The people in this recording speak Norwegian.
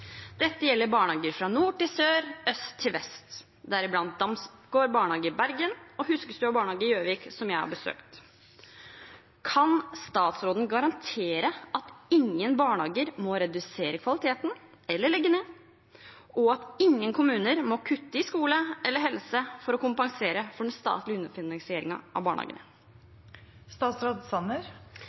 Dette gjelder barnehager fra nord til sør, fra øst til vest, deriblant Damsgård barnehage i Bergen og Huskestua barnehage i Gjøvik, som jeg har besøkt. Kan statsråden garantere at ingen barnehager må redusere kvaliteten eller legge ned, og at ingen kommuner må kutte i skole eller helse for å kompensere for den statlige underfinansieringen av